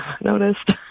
noticed